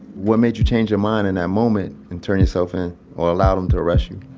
what made you change your mind in that moment and turn yourself in or allow them to arrest you?